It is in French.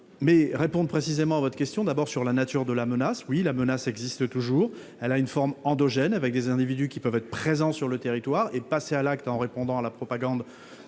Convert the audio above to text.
mais répondent précisément à votre question, d'abord sur la nature de la menace, oui, la menace existe toujours à la une forme endogène avec des individus qui peuvent être présents sur le territoire et passer à l'acte en répondant à la propagande